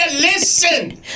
listen